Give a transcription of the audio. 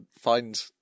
find